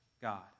God